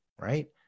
right